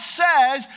says